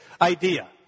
idea